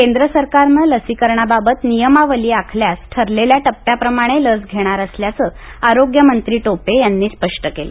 केंद्र सरकारनं लसीकरणाबाबत नियमावली आखल्यास ठरलेल्या टप्प्याप्रमाणे लस धेणार असल्याचं आरोग्यमंत्री टोपे यांनी स्पष्ट केलं